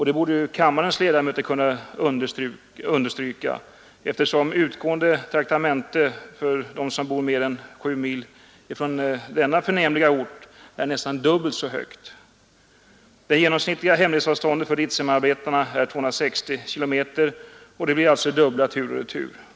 Det borde kammarens ledamöter kunna understryka, eftersom utgående traktamente för riksdagsledamöter som bor mer än 7 mil från denna förnämliga ort är nästan dubbelt så högt. Det genomsnittliga hemreseavståndet för Ritsemarbetarna är 260 km, och det blir alltså det dubbla tur och retur.